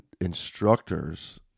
instructors